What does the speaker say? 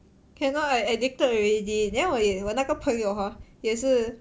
cannot I addicted already then 我也我那个朋友 hor 也是